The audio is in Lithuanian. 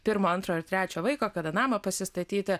pirmo antro ar trečio vaiko kada namą pasistatyti